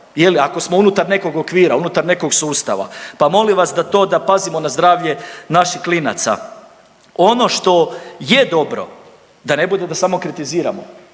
ako smo unutar nekog okvira, unutar nekog sustava, pa molim vas da to da pazimo na zdravlje naših klinaca. Ono što je dobro, da ne bude da samo kritiziramo,